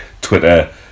Twitter